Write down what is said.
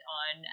on